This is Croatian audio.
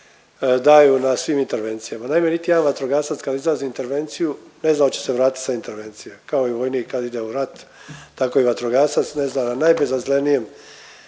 daju na svim intervencijama. Naime niti jedan vatrogasac kad izlazi na intervenciju, ne zna hoće se vratit s intervencije, kao i vojnik kad ide u rat, tako i vatrogasac ne zna, najbezazlenijem